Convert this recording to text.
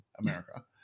america